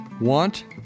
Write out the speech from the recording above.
Want